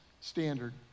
standard